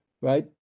right